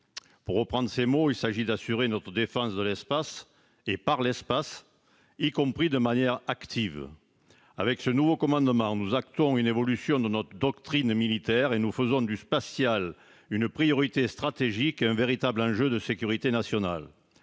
Pour reprendre ses mots, il s'agit d'« assurer notre défense de l'espace et par l'espace »,« y compris de manière active ». Avec ce nouveau commandement, nous actons une évolution de notre doctrine militaire et nous faisons du domaine spatial une priorité stratégique et un véritable enjeu de sécurité nationale.